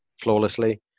flawlessly